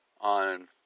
on